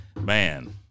Man